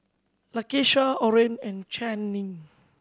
Lakesha Orene and Channing